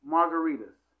Margaritas